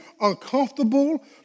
uncomfortable